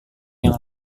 yang